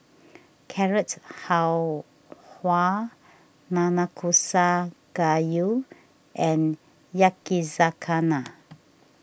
Carrot Halwa Nanakusa Gayu and Yakizakana